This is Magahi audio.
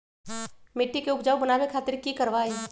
मिट्टी के उपजाऊ बनावे खातिर की करवाई?